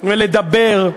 ולדבר.